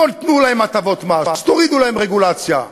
בואו, תנו להם הטבות מס, תורידו להם רגולציה.